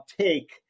take